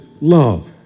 love